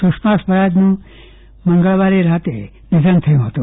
સુષમા સ્વરાજનું મંગળવારે રાતે નિધન થયું હતું